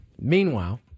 Meanwhile